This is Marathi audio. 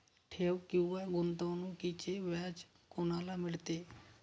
ठेव किंवा गुंतवणूकीचे व्याज कोणाला मिळते?